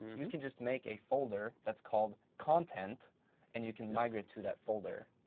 you can just make a folder that's called content and you can migrate to that folder.